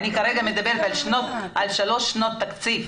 אני מדברת כרגע על שלוש שנות תקציב.